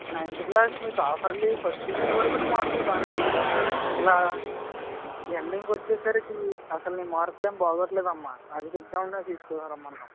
ninth class మీకు half yearly first unit వరకు నీ మార్కులు బాగానే ఉన్నాయి ఇలా ఎండింగ్ వచ్చేసరికి అసలు నీ మార్కులేమి బాగుండటం లేదు అమ్మా అది చెప్దామనే తీసుకు రమ్మన్నాము